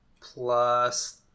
plus